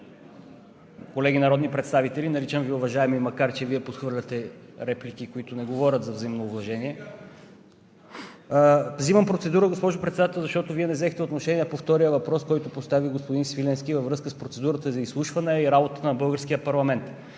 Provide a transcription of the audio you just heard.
колеги народни представители! Наричам Ви „уважаеми“, макар че Вие подхвърляхте реплики, които не говорят за взаимно уважение. Вземам процедура, госпожо Председател, защото Вие не взехте отношение по втория въпрос, който постави господин Свиленски, във връзка с процедурата за изслушване, а и работата на българския парламент.